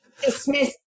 Dismiss